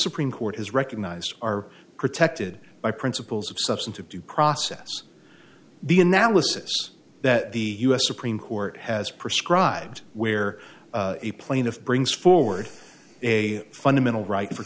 supreme court has recognized are protected by principles of substantive due process the analysis that the u s supreme court has prescribed where a plaintiff brings forward a fundamental right for